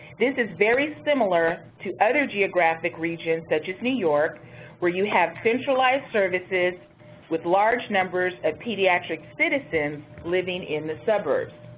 this is very similar to other geographic regions such as new york where you have centralized services with large numbers of and pediatric citizens living in the suburbs.